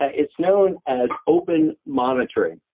ah it's known as open monitoring.